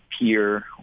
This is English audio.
peer